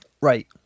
Right